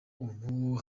ubu